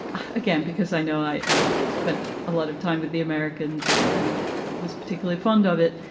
again, because i know i spent a lot of time with the americans and and was particularly fond of it.